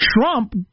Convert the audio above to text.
Trump